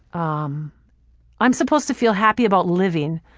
um i'm supposed to feel happy about living,